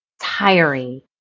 tiring